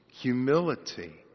humility